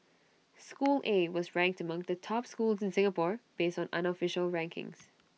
school A was ranked among the top schools in Singapore based on unofficial rankings